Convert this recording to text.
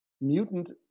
Mutant